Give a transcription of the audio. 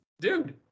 Dude